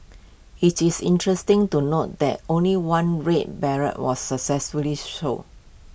IT is interesting to note that only one red beret was successfully sold